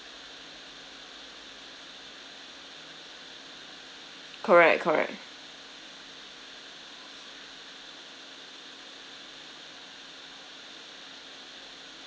correct correct